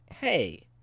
hey